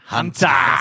Hunter